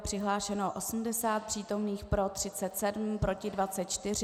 Přihlášeno je 80 přítomných, pro 37, proti 24.